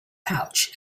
pouch